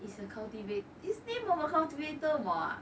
is a cultivate is name of a cultivator what